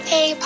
Hey